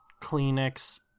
Kleenex